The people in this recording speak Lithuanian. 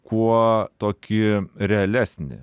kuo tokį realesnį